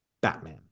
Batman